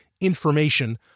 information